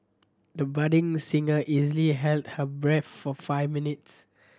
the budding singer easily held her breath for five minutes